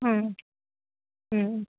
हं हं